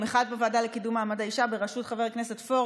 אחד בוועדה לקידום מעמד האישה בראשות חבר הכנסת פורר,